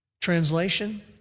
Translation